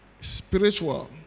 Spiritual